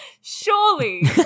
Surely